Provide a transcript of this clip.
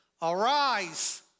Arise